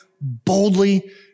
boldly